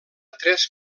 tres